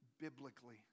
biblically